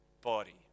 body